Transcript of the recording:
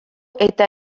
eta